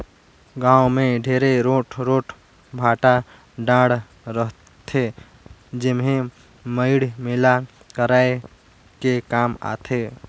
गाँव मे ढेरे रोट रोट भाठा डाँड़ रहथे जेम्हे मड़ई मेला कराये के काम आथे